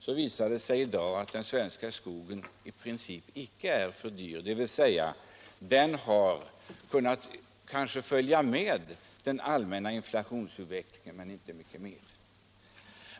så finner man i dag att den svenska skogen i princip icke är för dyr. Skogspriserna har väl följt med i den allmänna inflationsutvecklingen, men inte mycket mer.